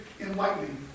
enlightening